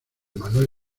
manuel